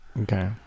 okay